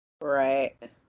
Right